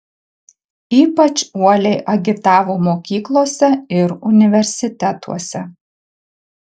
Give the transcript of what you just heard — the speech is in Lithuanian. ypač uoliai agitavo mokyklose ir universitetuose